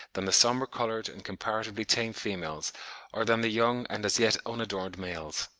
than the sombre coloured and comparatively tame females or than the young and as yet unadorned males.